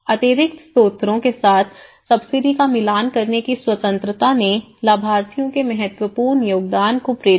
अतिरिक्त स्रोतों के साथ सब्सिडी का मिलान करने की स्वतंत्रता ने लाभार्थियों के महत्वपूर्ण योगदान को प्रेरित किया